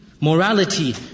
morality